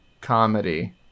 comedy